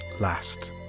last